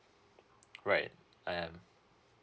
right I am